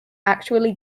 actually